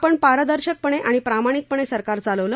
आपण पारदर्शकपणे आणि प्रमाणिकपणे सरकार चालवलं